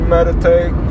Meditate